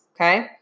okay